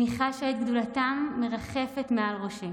אני חשה את גדולתם מרחפת מעל ראשי